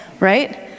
right